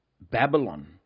Babylon